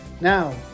Now